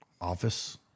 Office